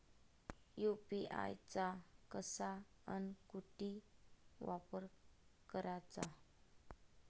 UPI चा कसा अन कुटी वापर कराचा?